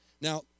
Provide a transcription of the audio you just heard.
Now